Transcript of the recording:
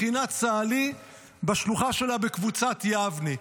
מכינת צהלי בשלוחה שלה בקבוצת יבנה.